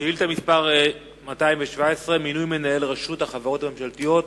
שאילתא מס' 217: מינוי מנהל רשות החברות הממשלתיות,